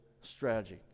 strategy